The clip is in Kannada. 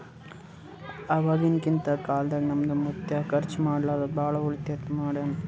ಅವಾಗಿಂದ ಕಾಲ್ನಿಂತ ನಮ್ದು ಮುತ್ಯಾ ಖರ್ಚ ಮಾಡ್ಲಾರದೆ ಭಾಳ ಉಳಿತಾಯ ಮಾಡ್ಯಾನ್